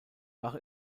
wache